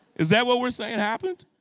is that what we're saying happened?